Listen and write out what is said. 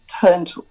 turned